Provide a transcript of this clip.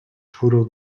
total